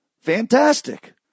fantastic